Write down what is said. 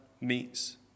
meets